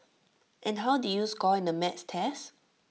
and how did you score in the maths test